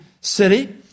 city